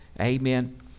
Amen